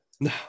No